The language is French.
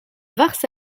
varces